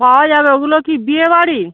পাওয়া যাবে ওগুলো কি বিয়েবাড়ি